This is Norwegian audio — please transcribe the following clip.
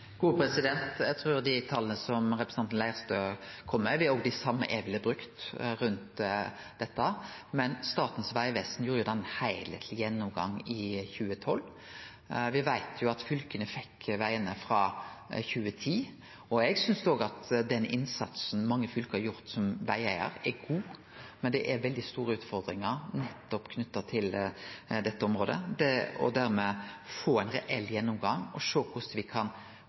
Eg trur dei tala som representanten Leirtrø kjem med, er dei same eg ville brukt om dette, men Statens vegvesen gjorde ein heilskapleg gjennomgang i 2012. Me veit at fylka fekk vegane frå 2010, og eg synest den innsatsen som mange fylke har gjort som vegeigarar, er god, men det er veldig store utfordringar knytte til dette området. Å få ein reell gjennomgang og sjå korleis me kan